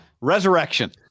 Resurrection